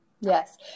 yes